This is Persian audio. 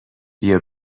بیا